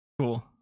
Cool